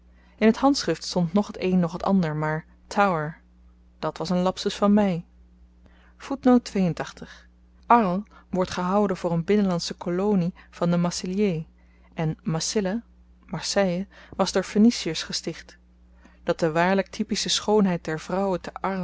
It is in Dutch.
in t handschrift stond noch t een noch t ander maar tower dat was n lapsus van me arles wordt gehouden voor n binnenlandsche kolonie van de massiliers en massilla marseille was door phoeniciërs gesticht dat de waarlyk typische schoonheid der vrouwen te